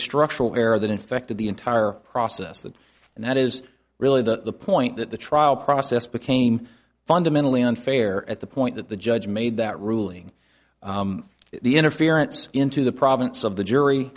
structural error that infected the entire process that and that is really the point that the trial process became fundamentally unfair at the point that the judge made that ruling the interference into the province of the jury